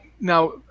now